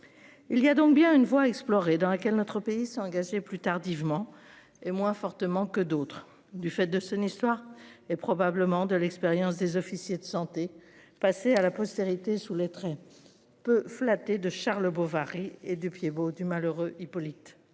Il y a donc bien une voie exploré dans laquelle notre pays s'engager plus tardivement et moins fortement que d'autres du fait de son histoire et probablement de l'expérience des officiers de santé passer à la postérité sous les traits. Peu flatté de Charles Bovary et du pied bot du malheureux Hippolyte.